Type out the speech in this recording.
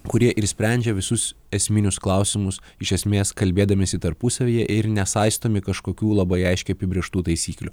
kurie ir sprendžia visus esminius klausimus iš esmės kalbėdamiesi tarpusavyje ir nesaistomi kažkokių labai aiškiai apibrėžtų taisyklių